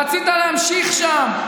רצית להמשיך שם.